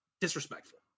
disrespectful